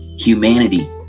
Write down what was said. humanity